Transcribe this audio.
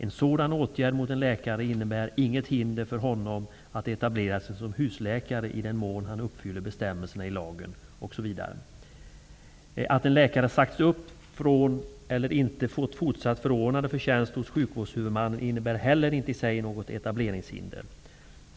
En sådan åtgärd mot en läkare innebär inget hinder för honom att etablera sig som husläkare i den mån han uppfyller bestämmelserna i lagen om husläkare. Att en läkare sagts upp från eller inte fått fortsatt förordnande för tjänst hos sjukvårdshuvudmannen innebär heller inte i sig något etableringshinder.''